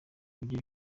ibyo